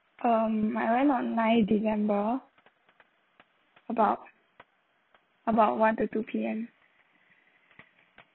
um I went on nine december about about one to two P_M